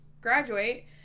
graduate